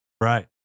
Right